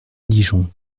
dijon